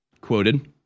quoted